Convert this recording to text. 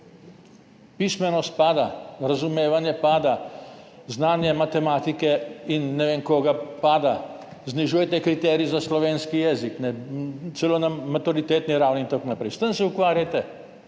Pismenost pada, razumevanje pada, znanje matematike in ne vem česa pada, znižujete kriterij za slovenski jezik, celo na maturitetni ravni in tako naprej. S tem se ukvarjajte